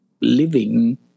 living